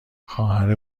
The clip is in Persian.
خواهر